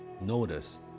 notice